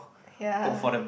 ya